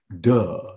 duh